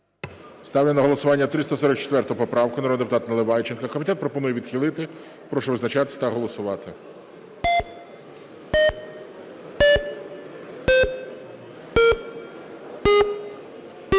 Ставлю на голосування 344 поправку, народний депутат Наливайченко. Комітет пропонує відхилити. Прошу визначатись та голосувати.